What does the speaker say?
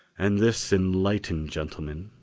and this enlightened gentleman,